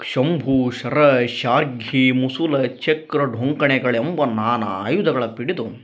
ಶಂಭು ಶರಯ್ ಶಾರ್ಘಿ ಮುಸುಲ ಚಕ್ರ ಡೊಂಕಣೆಗಳೆಂಬ ನಾನಾ ಆಯುಧಗಳ ಪಿಡಿದು